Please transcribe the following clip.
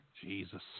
Jesus